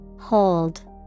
Hold